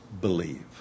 believe